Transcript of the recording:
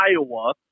Iowa